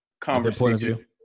conversation